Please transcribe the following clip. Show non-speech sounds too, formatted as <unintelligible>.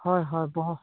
হয় হয় <unintelligible>